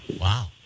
Wow